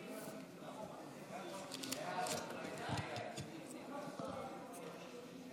מנוהלות סביב אלמנט אחד ויחיד שקוראים לו